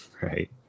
right